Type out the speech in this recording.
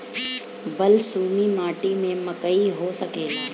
बलसूमी माटी में मकई हो सकेला?